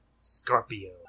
Scorpio